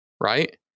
right